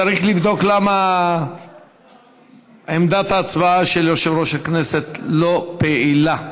צריך לבדוק למה עמדת ההצבעה של יושב-ראש הכנסת לא פעילה.